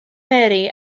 mary